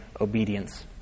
obedience